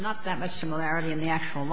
not that much similarity in the actual